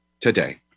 today